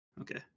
Okay